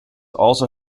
also